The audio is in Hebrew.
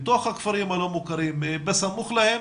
בסמוך להם